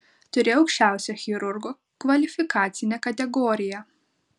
turi aukščiausią chirurgo kvalifikacinę kategoriją